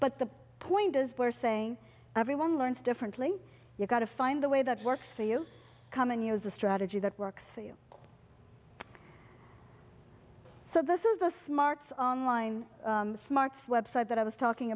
but the point is we're saying everyone learns differently you've got to find a way that works for you come and use the strategy that works for you so this is the smarts online smarts website that i was talking